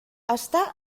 està